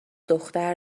دختر